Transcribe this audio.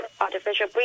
artificial